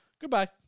Goodbye